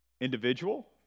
individual